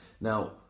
now